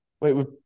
Wait